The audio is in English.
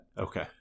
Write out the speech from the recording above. Okay